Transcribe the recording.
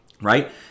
right